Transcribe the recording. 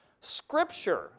Scripture